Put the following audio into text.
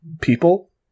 people